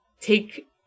take